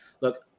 look